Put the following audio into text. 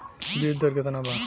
बीज दर केतना बा?